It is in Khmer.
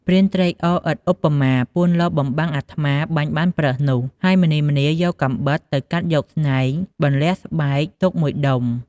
ព្រានត្រេកអរឥតឧបមា ពួនលបបំបាំងអាត្មាបាញ់បានប្រើសនោះ ហើយម្នីម្នាយកកាំបិតទៅកាត់យកស្នែង បន្លះស្បែកទុកមួយដុំ។